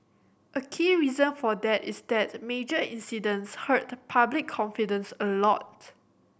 a key reason for that is that major incidents hurt public confidence a lot